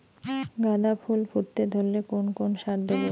গাদা ফুল ফুটতে ধরলে কোন কোন সার দেব?